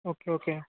okay okay